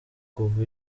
kuva